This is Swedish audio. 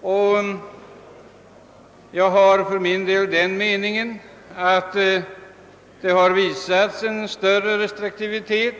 För min del har jag dessutom den uppfattningen, att man vid tillämpningen har varit mer restriktiv såväl